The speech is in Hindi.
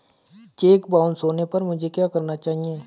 चेक बाउंस होने पर मुझे क्या करना चाहिए?